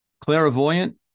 clairvoyant